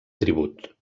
tribut